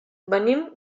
venim